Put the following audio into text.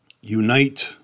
unite